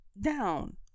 down